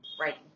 right